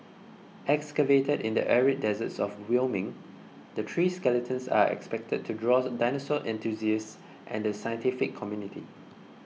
excavated in the arid deserts of Wyoming the three skeletons are expected to draws dinosaur enthusiasts and the scientific community